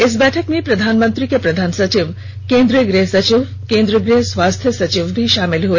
इस बैठक में प्रधानमंत्री के प्रधान सचिव केन्द्रीय गृह सचिव केन्द्रीय गृह स्वास्थ्य सचिव भी शामिल हुए